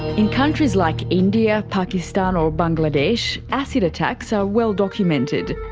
in countries like india, pakistan or bangladesh, acid attacks are well documented.